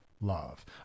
love